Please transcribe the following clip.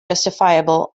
justifiable